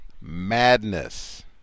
madness